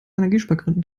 energiespargründen